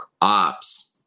ops